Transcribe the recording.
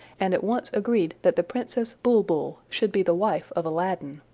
and at once agreed that the princess bulbul should be the wife of aladdin.